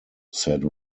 said